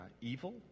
evil